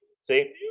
See